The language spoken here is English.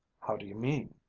how do you mean?